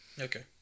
okay